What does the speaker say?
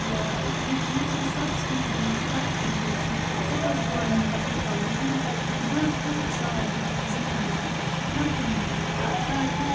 یا یُس یُس زَن سَبسِڈیٖزَن منٛز کَرَپشَن چھُ گَژھان سُہ پَزِ گورمینٹَس رُکاوُن یِمَن پَزِ یِمَن بَرپوٗر ساتھ دیُن یِمَن زٔمیٖندارَن ہَر کُنہِ منٛز تاکہِ